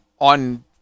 on